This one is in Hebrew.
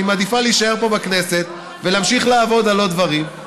אני מעדיפה להישאר פה בכנסת ולהמשיך לעבוד על עוד דברים.